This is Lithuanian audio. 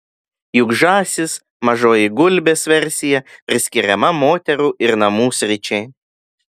juk žąsis mažoji gulbės versija priskiriama moterų ir namų sričiai